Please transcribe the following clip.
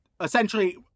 essentially